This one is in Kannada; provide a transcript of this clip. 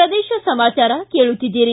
ಪ್ರದೇಶ ಸಮಾಚಾರ ಕೇಳುತ್ತಿದ್ದಿರಿ